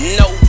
no